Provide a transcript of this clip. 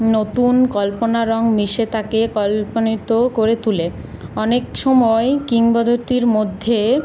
নতুন কল্পনা রং মিশে তাকে কল্পনিত করে তোলে অনেক সময় কিংবদন্তির মধ্যে